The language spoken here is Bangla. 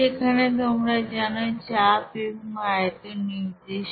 সেখানে তোমরা জানো চাপ এবং আয়তন নির্দিষ্ট